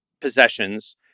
possessions